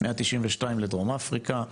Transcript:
192,000 לדרום אפריקה.